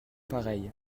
pareils